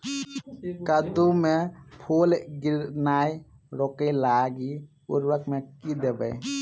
कद्दू मे फूल गिरनाय रोकय लागि उर्वरक मे की देबै?